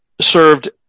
served